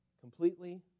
Completely